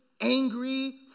angry